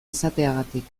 izateagatik